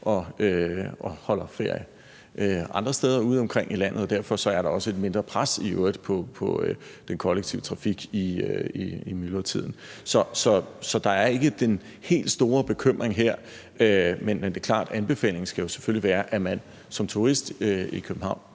og holder ferie andre steder udeomkring i landet, og derfor er der i øvrigt også et mindre pres på den kollektive trafik i myldretiden. Så der er ikke den helt store bekymring her, men det er klart, at anbefalingen selvfølgelig skal være, at man som turist i København